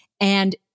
And-